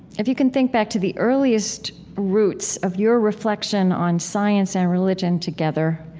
if you can think back to the earliest roots of your reflection on science and religion together,